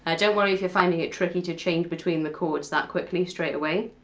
ah don't worry if you're finding it tricky to change between the chords that quickly straight away,